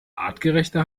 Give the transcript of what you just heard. artgerechte